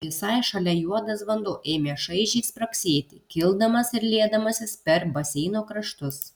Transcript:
visai šalia juodas vanduo ėmė šaižiai spragsėti kildamas ir liedamasis per baseino kraštus